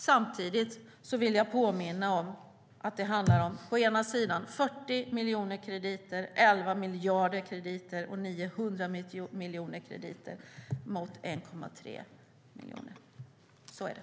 Samtidigt vill jag påminna om att det handlar om 40 miljoner krediter, 11 miljarder krediter och 900 miljoner krediter mot 1,3 miljoner. Så är det.